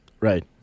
Right